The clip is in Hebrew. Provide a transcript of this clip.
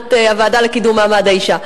מבחינת הוועדה לקידום מעמד האשה,